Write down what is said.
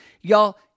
Y'all